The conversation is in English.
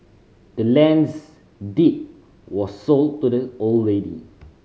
the land's deed was sold to the old lady